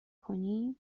کنی